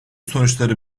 sonuçları